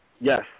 Yes